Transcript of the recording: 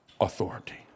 authority